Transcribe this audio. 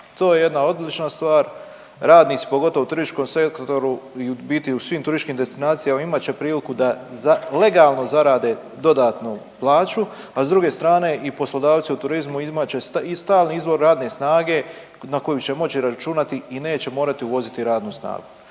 To je jedna odlična stvar. Radnici pogotovo u turističkom sektoru i u biti u svim turističkim destinacijama imat će priliku da legalno zarade dodatnu plaću, a s druge strane i poslodavci u turizmu imat će i stalni izvor radne snage na koju će moći računati i neće morati uvoziti radnu snagu.